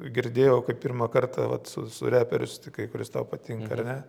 girdėjau kaip pirmą kartą vat su su reperiu susitikai kuris tau patinka ar ne